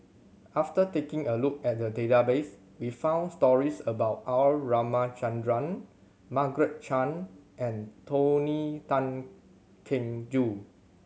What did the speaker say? after taking a look at the database we found stories about R Ramachandran Margaret Chan and Tony Tan Keng Joo